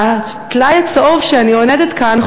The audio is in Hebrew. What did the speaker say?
הטלאי הצהוב שאני עונדת כאן,